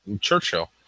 Churchill